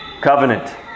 covenant